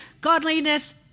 godliness